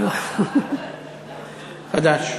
חדש.